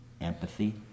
empathy